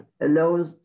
allows